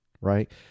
right